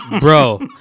Bro